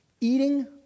eating